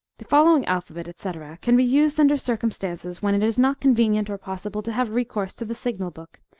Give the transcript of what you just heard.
the following alphabet, etc, can be used under circumstances when it is not convenient or possible to have recourse to the signal book,